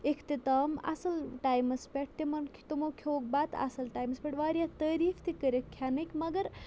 اِختِتام اَصٕل ٹایمَس پٮ۪ٹھ تِمن تِمو کھیوٚوُکھ بَتہٕ اَصٕل ٹایمَس پٮ۪ٹھ واریاہ تعریٖف تہِ کٔرِکھ کھٮ۪نٕکۍ مگر